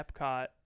Epcot